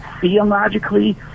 theologically